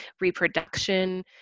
reproduction